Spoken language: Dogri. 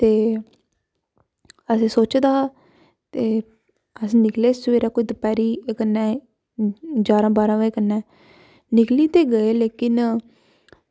ते असैं सोचे दा हा ते असें निकले कोई सवेरै ते दपैह्रीं कन्नै ग्यारां बारां बजे कन्नै निकली ते गे लेकिन